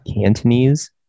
Cantonese